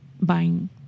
buying